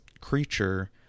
creature